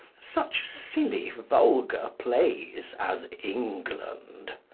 such silly, vulgar plays as england.